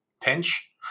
pinch